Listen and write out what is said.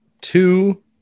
two